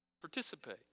Participate